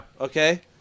okay